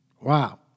Wow